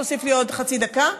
תוסיף לי עוד חצי דקה.